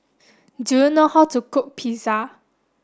do you know how to cook Pizza